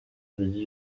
kurya